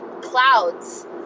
Clouds